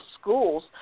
schools